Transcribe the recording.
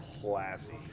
classy